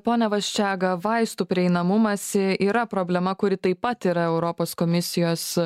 pone vaščega vaistų prieinamumas yra problema kuri taip pat yra europos komisijos